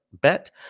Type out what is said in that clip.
bet